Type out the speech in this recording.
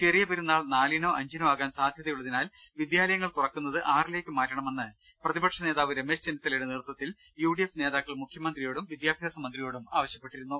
ചെറിയ പെരുന്നാൾ നാലി നോ അഞ്ചിനോ ആകാൻ സാധ്യതയുള്ളതിനാൽ വിദ്യാലയങ്ങൾ തുറക്കുന്നത് ആറിലേക്ക് മാറ്റണമെന്ന് പ്രതിപക്ഷ നേതാവ് രമേശ് ചെന്നിത്തലയുടെ നേതൃത്വത്തിൽ യുഡിഎഫ് നേതാക്കൾ മുഖ്യമ ന്ത്രിയോടും വിദ്യാഭ്യാസ മന്ത്രിയോടും ആവശ്യപ്പെട്ടിരുന്നു